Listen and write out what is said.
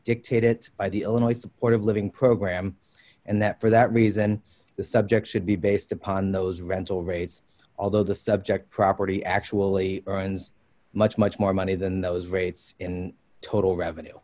dictated by the illinois supportive living program and that for that reason the subject should be based upon those rental rates although the subject property actually earns much much more money than those rates and total revenue